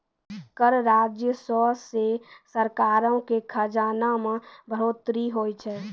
कर राजस्व से सरकारो के खजाना मे बढ़ोतरी होय छै